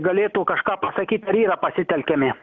galėtų kažką pasakyt ar yra pasitelkiami